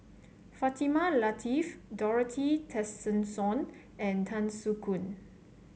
Fatimah Lateef Dorothy Tessensohn and Tan Soo Khoon